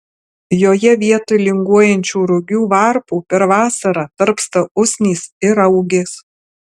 joje vietoj linguojančių rugių varpų per vasarą tarpsta usnys ir raugės